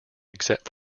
except